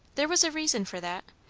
there was a reason for that.